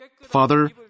Father